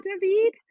David